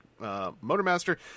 Motormaster